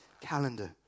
calendar